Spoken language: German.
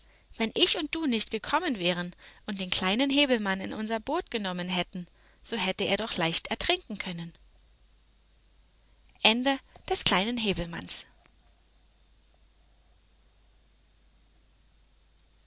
wenn ich und du nicht gekommen wären und den kleinen häwelmann in unser boot genommen hätten so hätte er doch leicht ertrinken können